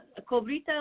Cobrita